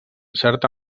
certa